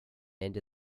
into